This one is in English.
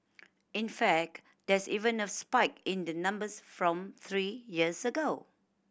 in fact there's even a spike in the numbers from three years ago